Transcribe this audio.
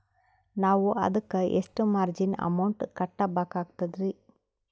ನಾವು ಅದಕ್ಕ ಎಷ್ಟ ಮಾರ್ಜಿನ ಅಮೌಂಟ್ ಕಟ್ಟಬಕಾಗ್ತದ್ರಿ?